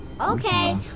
okay